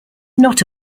not